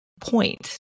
point